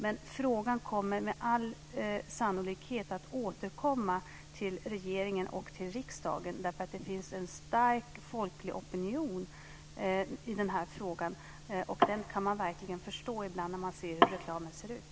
Men frågan kommer med all sannolikhet att återkomma till regeringen och till riksdagen eftersom det finns en stark folklig opinion i den här frågan, och den kan man verkligen förstå ibland när man ser hur reklamen ser ut.